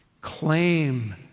claim